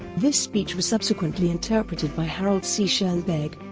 this speech was subsequently interpreted by harold c. schonberg,